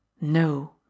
no